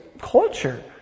culture